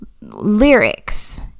lyrics